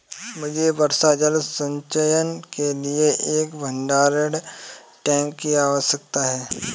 मुझे वर्षा जल संचयन के लिए एक भंडारण टैंक की आवश्यकता है